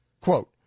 quote